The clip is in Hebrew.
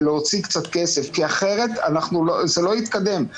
ולהוציא קצת כסף אחרת זה לא יתקדם.